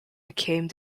became